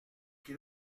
qui